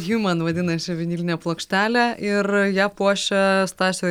hjuman vadinasi vinilinė plokštelė ir ją puošia stasio